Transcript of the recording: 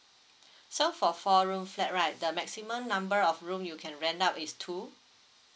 so for four room flat right the maximum number of room you can rent out is two